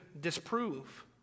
disprove